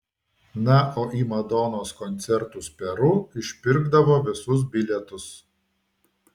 na o į madonos koncertus peru išpirkdavo visus bilietus